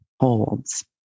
holds